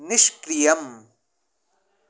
निष्क्रियम्